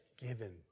given